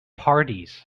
parties